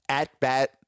at-bat